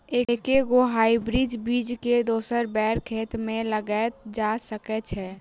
एके गो हाइब्रिड बीज केँ दोसर बेर खेत मे लगैल जा सकय छै?